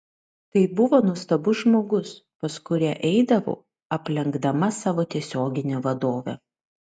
tai buvo nuostabus žmogus pas kurią eidavau aplenkdama savo tiesioginę vadovę